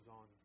on